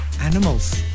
animals